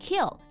Kill